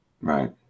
Right